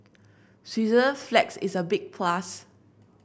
Switzerland flags is a big plus